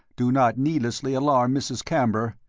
do not needlessly alarm mrs. camber.